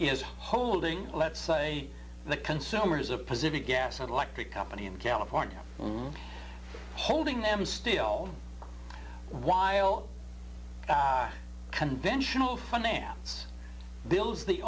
is holding let's say the consumers of pacific gas and electric company in california room holding them still while conventional finance bills the